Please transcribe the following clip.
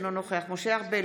אינו נוכח משה ארבל,